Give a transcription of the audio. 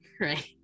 right